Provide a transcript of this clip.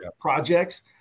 projects